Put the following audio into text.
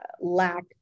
lack